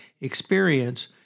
experience